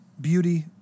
beauty